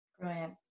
Brilliant